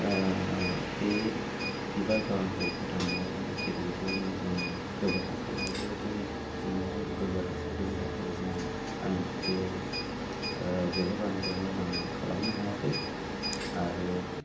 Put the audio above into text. ओ बे बिबार बागानखौ फोथांनायाव जेरैबायदि जोंनो गोबोर हासार नांगौ बेबायदि न'आव गोबोर हासार गैयैनि थाखाय जोङो आं बेहाय ओ बिबार बागानखौ मोजां खालामनो हायाखै आरो